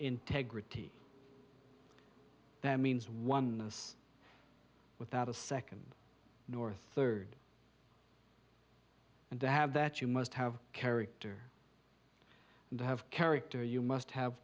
integrity that means oneness without a second nor third and to have that you must have character and to have character you must have